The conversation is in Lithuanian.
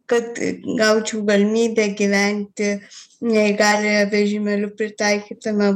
kad gaučiau galimybę gyventi neįgaliojo vežimėliu pritaikytame